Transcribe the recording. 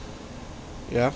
yeah